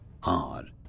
hard